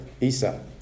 Isa